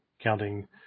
counting